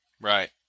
Right